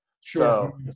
Sure